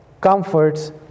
comforts